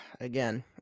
Again